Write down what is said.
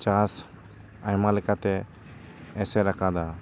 ᱪᱟᱥ ᱟᱭᱢᱟ ᱞᱮᱠᱟᱛᱮ ᱮᱥᱮᱨ ᱟᱠᱟᱫᱟ